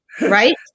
Right